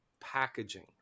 packaging